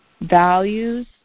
values